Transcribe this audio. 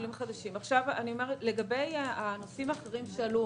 לגבי נושאים אחרים שעלו,